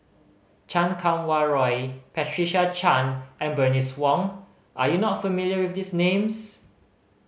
Chan Kum Wah Roy Patricia Chan and Bernice Wong are you not familiar with these names